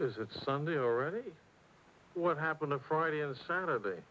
because it's sunday already what happened on friday and saturday